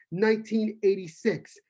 1986